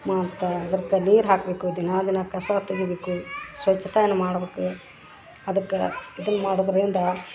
ಮತ್ತು ಅದ್ರಕ್ಕ ನೀರು ಹಾಕಬೇಕು ದಿನ ಅದನ್ನ ಕಸ ತೆಗಿಯಬೇಕು ಸ್ವಚ್ಛತೆಯನ್ನ ಮಾಡ್ಬಕು ಅದಕ್ಕೆ ಇದನ್ನ ಮಾಡೋದರಿಂದ